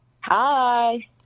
Hi